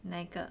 那个